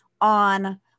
on